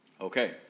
Okay